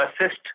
assist